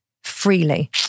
freely